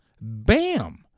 Bam